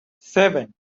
seven